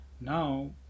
Now